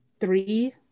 three